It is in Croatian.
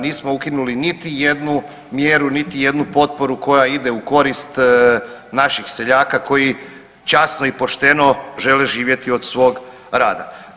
Nismo ukinuli niti jednu mjeru, niti jednu potporu koja ide u korist naših seljaka koji časno i pošteno žele živjeti od svog rada.